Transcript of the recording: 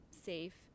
safe